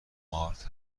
مارت